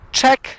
check